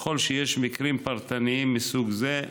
ככל שיש מקרים פרטניים מסוג זה,